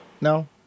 No